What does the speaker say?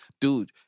dude